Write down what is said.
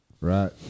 Right